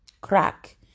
crack